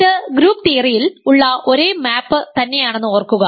ഇത് ഗ്രൂപ്പ് തിയറിയിൽ ഉള്ള ഒരേ മാപ് തന്നെയാണെന്ന് ഓർക്കുക